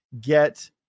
get